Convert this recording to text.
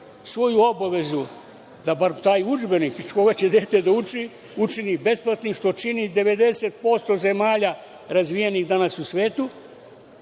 svoju obavezu, da bar taj udžbenik iz koga će dete da uči, učini besplatnim, što čini 90% zemalja razvijenih danas u svetu.